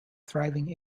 thriving